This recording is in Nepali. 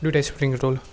दुईवटा स्प्रिङ रोल